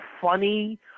funny